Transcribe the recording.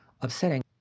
upsetting